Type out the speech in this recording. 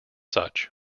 such